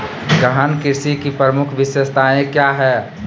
गहन कृषि की प्रमुख विशेषताएं क्या है?